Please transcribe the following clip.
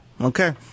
Okay